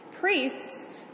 Priests